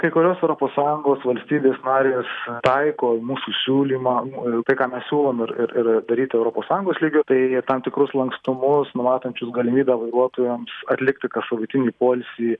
kai kurios europos sąjungos valstybės narės taiko mūsų siūlymą tai ką mes siūlom ir ir ir daryti europos sąjungos lygiu tai tam tikrus lankstumus numatančius galimybę vairuotojams atlikti kassavaitinį poilsį